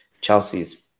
Chelsea's